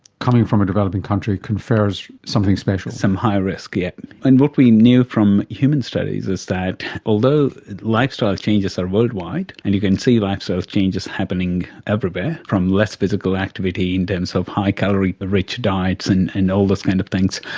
coming from a developing country confers something special. some high risk, yes. and what we knew from human studies is that although lifestyle changes are worldwide, and you can see lifestyle changes happening everywhere, from less physical activity in terms and and so of high calorie rich diets and and all those kind of things,